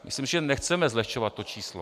Myslím si, že nechceme zlehčovat to číslo.